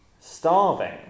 starving